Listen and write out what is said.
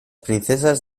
princesas